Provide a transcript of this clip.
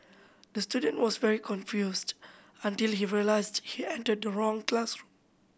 the student was very confused until he realised he entered the wrong classroom